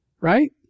right